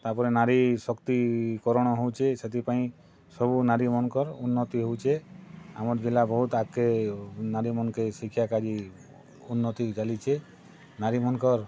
ତା'ପରେ ନାରୀ ଶକ୍ତୀକରଣ ହଉଛେ ସେଥିପାଇଁ ସବୁ ନାରୀମାନଙ୍କର୍ ଉନ୍ନତି ହଉଛେ ଆମର୍ ଜିଲ୍ଲା ବହୁତ୍ ଆଗକେ ନାରୀ ମାନକେ ଶିକ୍ଷା କାଯେ ଉନ୍ନତି ଚାଲିଛେ ନାରୀ ମାନକର୍